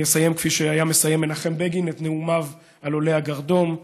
אני אסיים כפי שהיה מסיים מנחם בגין את נאומיו על עולי הגרדום.